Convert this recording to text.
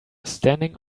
standing